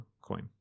coin